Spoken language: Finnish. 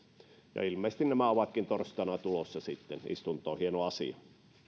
ilmeisesti nämä ovatkin torstaina tulossa sitten istuntoon hieno asia